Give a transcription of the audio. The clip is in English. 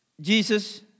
Jesus